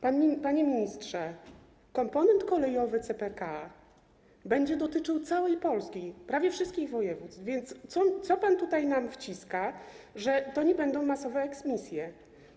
Panie ministrze, komponent kolejowy CPK będzie dotyczył całej Polski, prawie wszystkich województw, więc co pan tutaj nam wciska, że to nie będą masowe eksmisje?